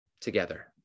together